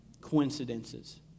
coincidences